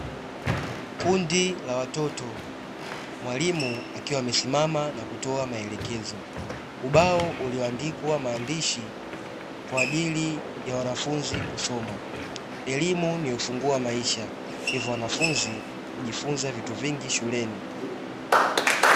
Kundi la watoto, mwalimu akiwa amesimama na kutoa maelekezo, ubao ulioandikwa maandishi kwa ajili ya wanafunzi kusoma, elimu ni ufunguo wa maisha hivyo wanafunzi hujifunza vitu vingi shuleni.